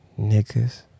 Niggas